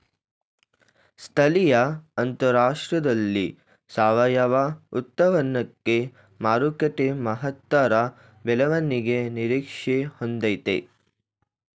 ಸ್ಥಳೀಯ ಅಂತಾರಾಷ್ಟ್ರದಲ್ಲಿ ಸಾವಯವ ಉತ್ಪನ್ನಕ್ಕೆ ಮಾರುಕಟ್ಟೆ ಮಹತ್ತರ ಬೆಳವಣಿಗೆ ನಿರೀಕ್ಷೆ ಹೊಂದಯ್ತೆ